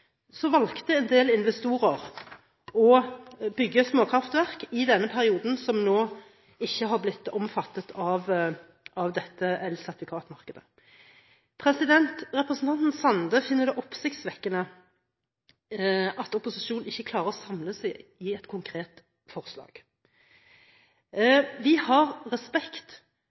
valgte en del investorer i denne perioden å bygge småkraftverk, som nå ikke er omfattet av dette elsertifikatmarkedet. Representanten Sande finner det oppsiktsvekkende at opposisjonen ikke klarer å samle seg om et konkret forslag. Vi har respekt